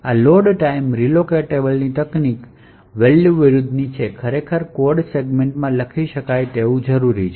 આ load time relocatable તકનીક value વિરુદ્ધ છે જે ખરેખર કોડ સેગમેન્ટમાં લખી શકાય તેવું જરૂરી છે